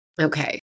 Okay